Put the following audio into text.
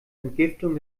entgiftung